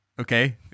okay